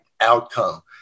outcome